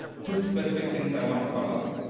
two specific things i want to call out.